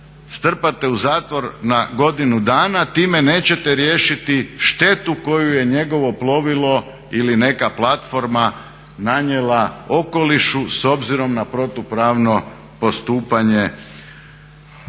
strpate u zatvor na godinu dana time nećete riješiti štetu koju je njegovo plovilo ili neka platforma nanijela okolišu s obzirom na protupravno postupanje u